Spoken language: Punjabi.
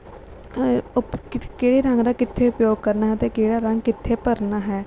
ਕਿਹੜੇ ਰੰਗ ਦਾ ਕਿੱਥੇ ਉਪਯੋਗ ਕਰਨਾ ਹੈ ਅਤੇ ਕਿਹੜਾ ਰੰਗ ਕਿੱਥੇ ਭਰਨਾ ਹੈ ਅਤੇ